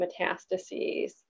metastases